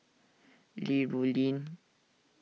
Li Rulin